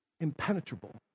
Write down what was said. impenetrable